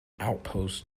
outpost